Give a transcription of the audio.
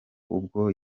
ubwo